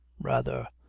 rather!